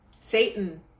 Satan